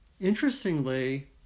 Interestingly